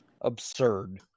Absurd